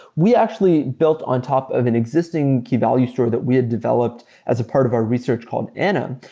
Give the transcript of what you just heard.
we actually built on top of an existing key value store that we had developed as a part of our research called anna,